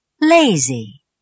Lazy